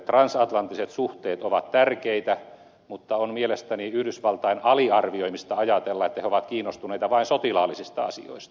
transatlanttiset suhteet ovat tärkeitä mutta on mielestäni yhdysvaltain aliarvioimista ajatella että he ovat kiinnostuneita vain sotilaallisista asioista